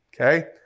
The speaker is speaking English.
okay